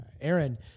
Aaron